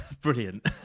Brilliant